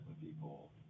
people